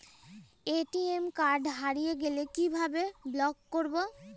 ATM card হারিয়ে গেলে কিভাবে ব্লক করবো?